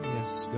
Yes